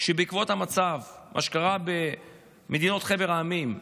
שבעקבות המצב, מה שקרה בחבר המדינות,